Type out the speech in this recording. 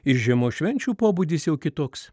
ir žiemos švenčių pobūdis jau kitoks